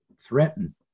threaten